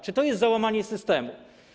Czy to jest załamanie systemu?